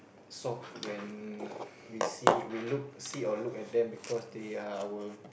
soft when we see we look see or look at them because they are our